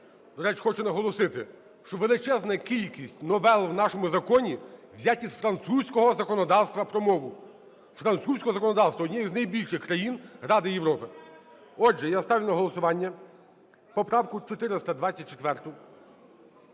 До речі, хочу наголосити, що величезна кількість новел у нашому законі взяті з французького законодавства про мову – французького законодавства – однієї з найбільших країн Ради Європи. Отже, я ставлю на голосування поправку 424.